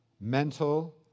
mental